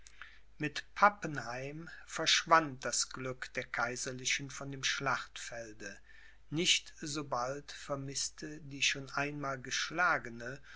mit pappenheim verschwand das glück der kaiserlichen von dem schlachtfelde nicht sobald vermißte die schon einmal geschlagene